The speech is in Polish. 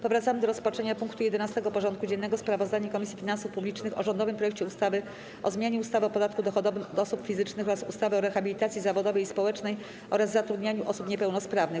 Powracamy do rozpatrzenia punktu 11. porządku dziennego: Sprawozdanie Komisji Finansów Publicznych o rządowym projekcie ustawy o zmianie ustawy o podatku dochodowym od osób fizycznych oraz ustawy o rehabilitacji zawodowej i społecznej oraz zatrudnianiu osób niepełnosprawnych.